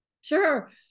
Sure